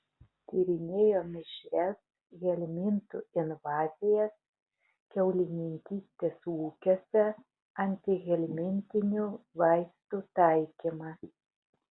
tyrinėjo mišrias helmintų invazijas kiaulininkystės ūkiuose antihelmintinių vaistų taikymą